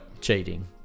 cheating